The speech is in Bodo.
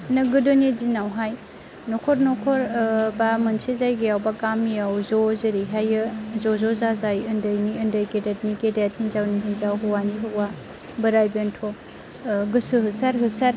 बिदिनो गोदोनि दिनावहाय न'खर न'खर बा मोनसे जायगायाव बा गामियाव ज' जेरैहायो ज' ज' जाजाय उन्दैनि उन्दै गेदेरनि गेदेर हिनजावनि हिनजाव हौवानि हौवा बोराय बेन्थ' गोसो होसार होसार